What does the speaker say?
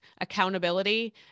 accountability